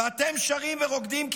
ואתם שרים ורוקדים,